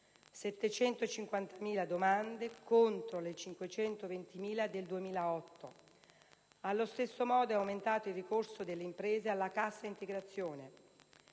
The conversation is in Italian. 750.000 domande contro le 520.000 del 2008. Allo stesso modo, è aumentato il ricorso delle imprese alla cassa integrazione.